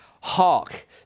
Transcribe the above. Hark